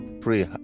pray